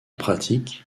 pratique